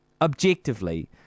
Objectively